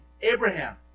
Abraham